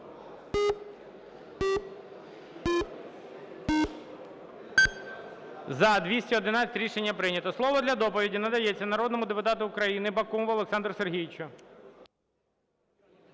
За-211 Рішення прийнято. Слово для доповіді надається народному депутату України Бакумову Олександру Сергійовичу.